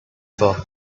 for